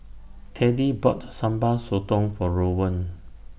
Teddie bought Sambal Sotong For Rowan